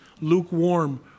lukewarm